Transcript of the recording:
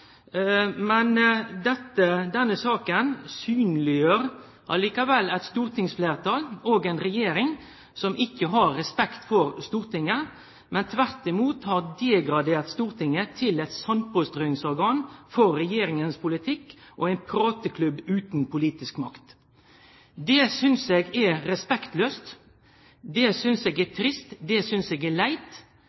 Stortinget, men tvert imot har degradert Stortinget til eit sandpåstrøingsorgan for regjeringas politikk og ein prateklubb utan politisk makt. Det synest eg er respektlaust, det synest eg er trist, det synest eg er leit,